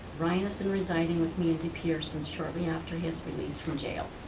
ryan has been residing with me in de pere since shortly after his release from jail.